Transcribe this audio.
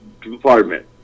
department